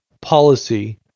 policy